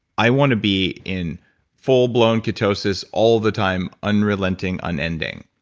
i want to be in full-blown ketosis all the time, unrelenting, unending.